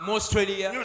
Australia